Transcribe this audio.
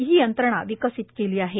हि यंत्रणा विकसित केली आहे